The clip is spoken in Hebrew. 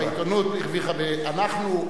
העיתונות הרוויחה, ואנחנו,